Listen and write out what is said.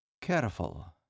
Careful